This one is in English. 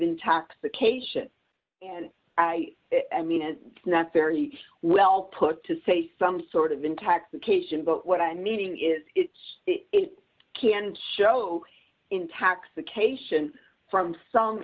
intoxication and i mean is not very well put to say some sort of intoxication but what i'm eating is it's it can show intoxication from some